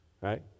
right